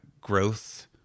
growth